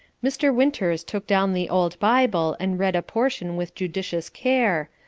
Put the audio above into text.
mr. winters took down the old bible and read a portion with judicious care,